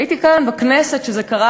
הייתי כאן בכנסת כשזה קרה,